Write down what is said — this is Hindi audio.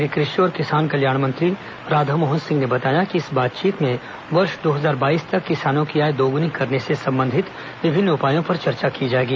केंद्रीय कृषि और किसान कल्याण मंत्री राधामोहन सिंह ने बताया इस बातचीत में वर्ष दो हजार बाईस तक किसानों की आय दोगुनी करने से संबंधित विभिन्न उपायों पर चर्चा की जाएगी